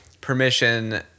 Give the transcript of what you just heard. permission